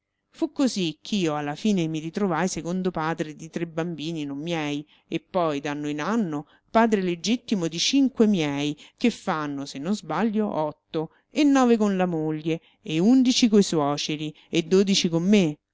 fu così ch'io alla fine mi ritrovai secondo padre di tre bambini non miei e poi d'anno in anno padre legittimo di cinque miei che fanno se non sbaglio otto e nove con la moglie e undici coi l'uomo solo luigi pirandello suoceri e dodici con me